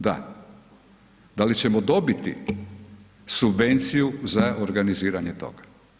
Da, da li ćemo dobiti subvenciju za organiziranje toga?